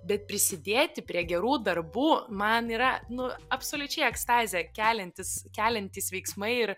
bet prisidėti prie gerų darbų man yra nu absoliučiai ekstazę keliantys keliantys veiksmai ir